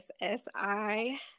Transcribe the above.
S-I